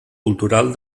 cultural